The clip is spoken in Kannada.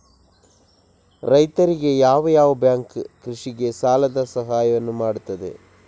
ರೈತರಿಗೆ ಯಾವ ಯಾವ ಬ್ಯಾಂಕ್ ಕೃಷಿಗೆ ಸಾಲದ ಸಹಾಯವನ್ನು ಮಾಡ್ತದೆ?